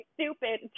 stupid